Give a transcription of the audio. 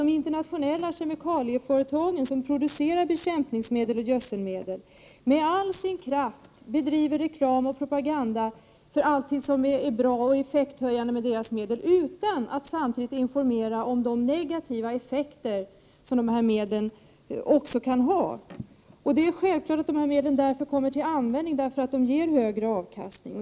De internationella kemikalieföretagen som producerar bekämpningsmedel och gödselmedel bedriver med all kraft reklam och propaganda för allt som är bra och effekthöjande med deras medel, utan att samtidigt informera om de negativa effekter som dessa medel också kan ha. Dessa medel kommer därför självfallet till användning, eftersom de möjliggör högre avkastning.